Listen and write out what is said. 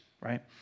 right